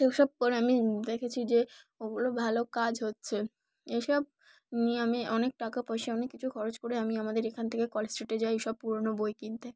সেই সব করে আমি দেখেছি যে ওগুলো ভালো কাজ হচ্ছে এই সব নিয়ে আমি অনেক টাকা পয়সা অনেক কিছু খরচ করে আমি আমাদের এখান থেকে কলেজ স্ট্রিটে যাই এই সব পুরোনো বই কিনতে